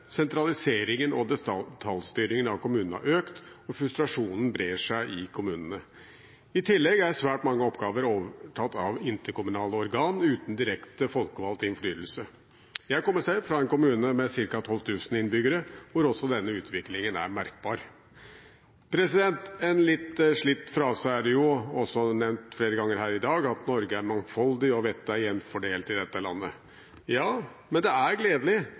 sentraliseringen og detaljstyringen av kommunene har økt, og frustrasjonen brer seg i kommunene. I tillegg er svært mange oppgaver overtatt av interkommunale organ uten direkte folkevalgt innflytelse. Jeg kommer selv fra en kommune med ca. 12 000 innbyggere hvor også denne utviklingen er merkbar. En litt slitt frase er det – som også nevnt flere ganger her i dag – at Norge er mangfoldig, og at vettet er jevnt fordelt i dette landet. Ja, men det er gledelig